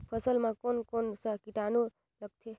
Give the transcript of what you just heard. फसल मा कोन कोन सा कीटाणु लगथे?